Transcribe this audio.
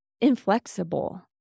inflexible